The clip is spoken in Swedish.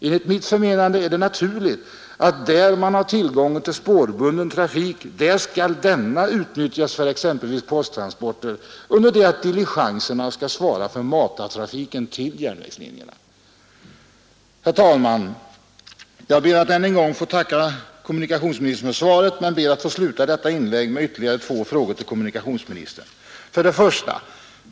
Enligt mitt förmenan Måndagen den 11 december 1972 de är det naturligt att där man har tillgång till spårbunden trafik skall denna utnyttjas för exempelvis posttransporter, under det att diligenserna skall svara för matartrafiken till järnvägslinjerna. Herr talman! Jag ber att än en gång få tacka kommunikationsministern för svaret men ber att få sluta detta inlägg med ytterligare två frågor till kommunikationsministern: 2.